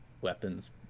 weapons